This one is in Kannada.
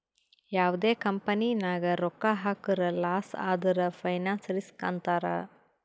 ಯಾವ್ದೇ ಕಂಪನಿ ನಾಗ್ ರೊಕ್ಕಾ ಹಾಕುರ್ ಲಾಸ್ ಆದುರ್ ಫೈನಾನ್ಸ್ ರಿಸ್ಕ್ ಅಂತಾರ್